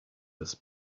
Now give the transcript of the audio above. his